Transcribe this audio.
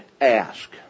ask